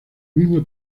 mismo